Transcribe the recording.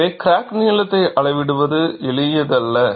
எனவே கிராக் நீளத்தை அளவிடுவது எளியது அல்ல